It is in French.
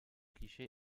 clichés